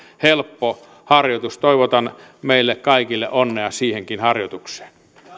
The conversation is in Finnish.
helppo harjoitus toivotan meille kaikille onnea siihenkin harjoitukseen